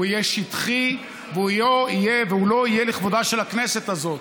הוא יהיה שטחי והוא לא יהיה לכבודה של הכנסת הזאת.